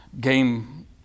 game